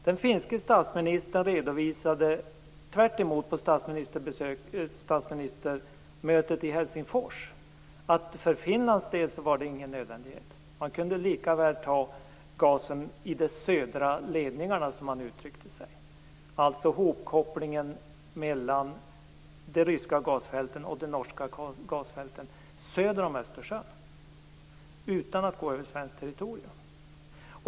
Den finske statsministern redovisade på statsministermötet i Helsingfors tvärtom att det för Finlands del inte var någon nödvändighet utan att man lika väl kunde ta gasen i de södra ledningarna, som han uttryckte sig, dvs. hopkopplingen mellan de ryska och de norska gasfälten söder om Östersjön, utan att gå över svenskt territorium.